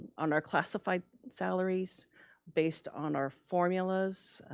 on our classified salaries based on our formulas,